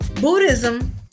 Buddhism